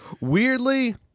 Weirdly